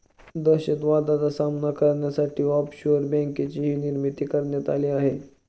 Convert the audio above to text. दहशतवादाचा सामना करण्यासाठी ऑफशोअर बँकेचीही निर्मिती करण्यात आली आहे